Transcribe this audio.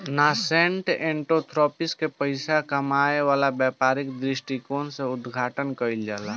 nascent entrepreneurship में पइसा कामायेला व्यापारिक दृश्टिकोण से उद्घाटन कईल जाला